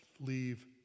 leave